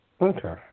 Okay